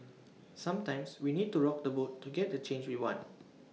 sometimes we need to rock the boat to get the change we want